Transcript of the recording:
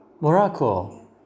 Morocco